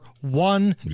one